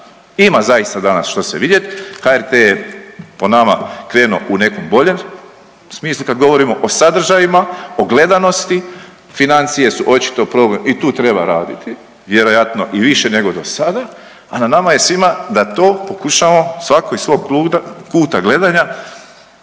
Ima zaista danas što sve vidjeti. HRT-e je po nama krenuo u nekom boljem smislu kada govorimo o sadržajima, o gledanosti. Financije su očito problem i tu treba raditi vjerojatno i više nego do sada, a na nama je svima da to pokušamo svatko iz svog kuta gledanja